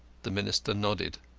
the minister nodded,